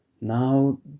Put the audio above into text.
Now